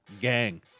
Gang